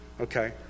okay